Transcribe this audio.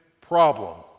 problem